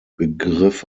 begriff